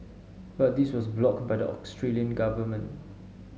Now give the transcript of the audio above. but this was blocked by the Australian government